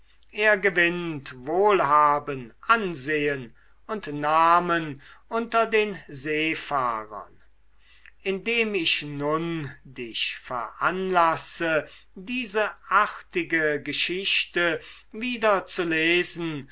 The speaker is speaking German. er gewinnt wohlhaben ansehen und namen unter den seefahrern indem ich nun dich veranlasse diese artige geschichte wieder zu lesen